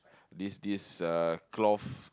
this this uh cloth